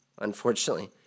unfortunately